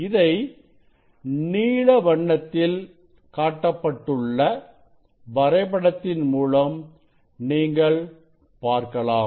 இதை நீல வண்ணத்தில் காட்டப்பட்டுள்ள வரைபடத்தின் மூலம் நீங்கள் பார்க்கலாம்